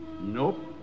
Nope